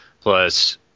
Plus